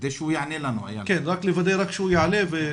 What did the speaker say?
קודם כל אני רוצה להגיד לכם שאין גבול להדרה ולהתעלמות,